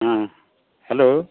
ᱦᱮᱸ ᱦᱮᱞᱳ